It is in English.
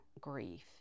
grief